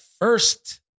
first